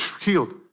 healed